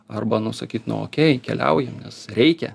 arba nu sakyt nu okei keliaujam nes reikia